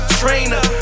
trainer